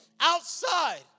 outside